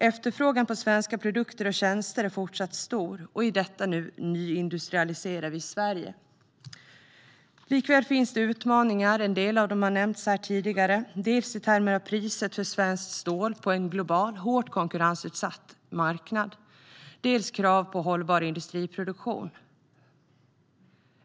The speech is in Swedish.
Efterfrågan på svenska produkter och tjänster är fortsatt stor, och i detta nu nyindustrialiserar vi Sverige. Likväl finns det utmaningar. En del av dem har nämnts här tidigare. Det är dels i termer av priset för svenskt stål på en global, hårt konkurrensutsatt marknad, dels krav på hållbar industriproduktion.